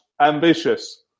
ambitious